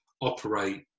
operate